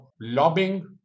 lobbying